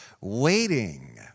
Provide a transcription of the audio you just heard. waiting